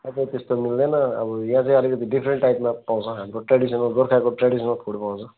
त्यहाँ त त्यस्तो मिल्दैन अब यहाँ चाहिँ अलिकति ड्रिफ्रेन्ट टाइपमा पाउँछ हाम्रो ट्र्याडिसनल गोर्खाको ट्र्याडिसनल फुड पाउँछ